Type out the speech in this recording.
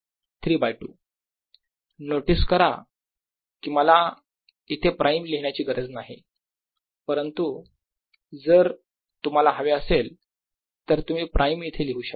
Bx04πIdl×r rr r304πIdyy×xx yyx2y232 notice करा की मला इथे प्राईम लिहिण्याची गरज नाही परंतु जर तुम्हाला हवे असेल तर तुम्ही प्राइम इथे लिहू शकता